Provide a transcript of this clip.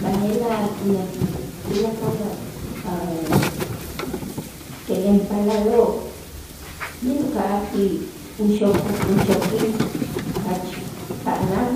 B'aje'laj tulakal a' kelenpaalaloo' b'el uka'aj ti uxok uxokil jach ka'nal